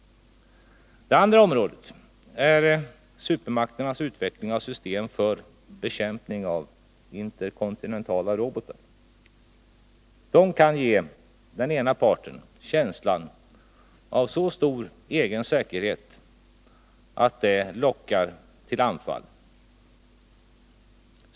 Det andra området är supermakternas utveckling av system för bekämpning av interkontinentala robotar. Det kan ge den ena parten känslan av så stor egen säkerhet att det lockar till anfall.